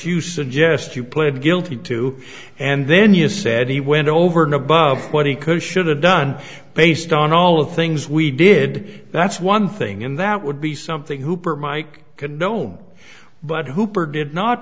you suggest you pled guilty to and then you said he went over and above what he could should have done based on all of the things we did that's one thing and that would be something hooper mike condone but hooper did not